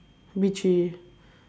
B three